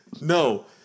No